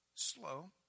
slow